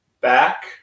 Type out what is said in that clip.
back